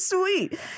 Sweet